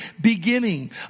beginning